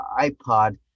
iPod